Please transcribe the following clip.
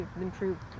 improved